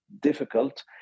difficult